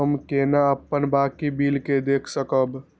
हम केना अपन बाकी बिल के देख सकब?